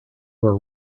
were